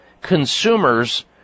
consumers